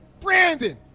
Brandon